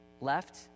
left